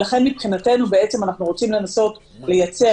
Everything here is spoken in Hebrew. לכן מבחינתנו אנחנו רוצים לנסות לייצר,